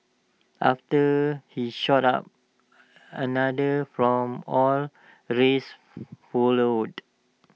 after he stood up another from all races followed